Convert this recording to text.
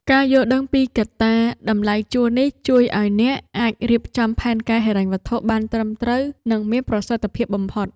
ការយល់ដឹងពីកត្តាតម្លៃជួលនេះជួយឱ្យអ្នកអាចរៀបចំផែនការហិរញ្ញវត្ថុបានត្រឹមត្រូវនិងមានប្រសិទ្ធភាពបំផុត។